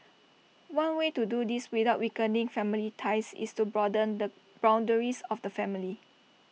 one way to do this without weakening family ties is to broaden the boundaries of the family